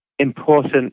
important